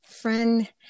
friend